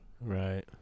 Right